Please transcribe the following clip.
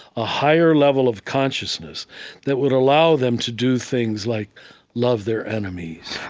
a higher level of consciousness that would allow them to do things like love their enemies,